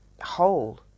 whole